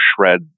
shred